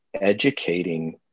educating